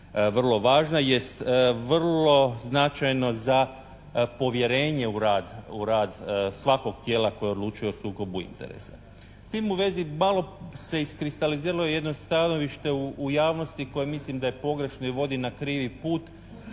vrlo važna jest vrlo značajno za povjerenje u radu svakog tijela koje odlučuje o sukobu interesa. S tim u vezi malo se iskristaliziralo jedno stajalište u javnosti koje mislim da je pogrešno i vodi na krivi put.